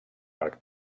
arc